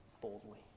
boldly